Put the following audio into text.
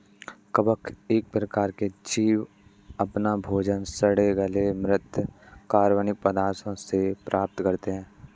कवक एक प्रकार के जीव अपना भोजन सड़े गले म्रृत कार्बनिक पदार्थों से प्राप्त करते हैं